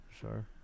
Sure